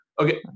Okay